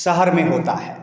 शहर में होता है